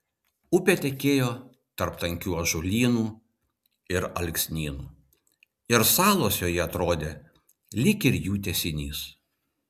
upė tekėjo tarp tankių ąžuolynų ir alksnynų ir salos joje atrodė lyg ir jų tęsinys